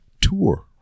Tour